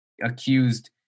accused